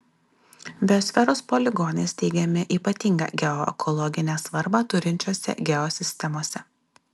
biosferos poligonai steigiami ypatingą geoekologinę svarbą turinčiose geosistemose